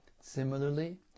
Similarly